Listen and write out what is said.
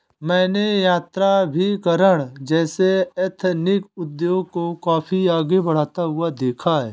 मैंने यात्राभिकरण जैसे एथनिक उद्योग को काफी आगे बढ़ता हुआ देखा है